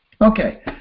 okay